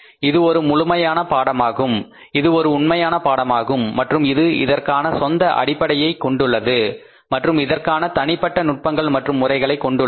இது ஒரு முழுமையான பாடமாகும் இது ஒரு உண்மையான பாடமாகும் மற்றும் இது இதற்கான சொந்த அடிப்படையைக் கொண்டுள்ளது மற்றும் இதற்கான தனிப்பட்ட நுட்பங்கள் மற்றும் முறைகளை கொண்டுள்ளது